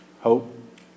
hope